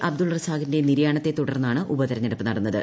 അബ്ദുൾ റസാഖിന്റെ നിര്യാണത്തെ തുടർന്നാണ് ഉപതെരഞ്ഞെടുപ്പ് നടന്നത്